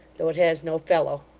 though it has no fellow.